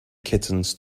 kittens